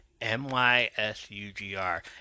M-Y-S-U-G-R